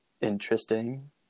interesting